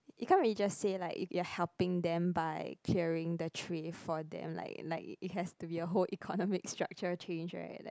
you can't really just say like you you are helping them by clearing the tray for them like like it has to be a whole economic structure change [right] like